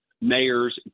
mayors